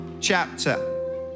chapter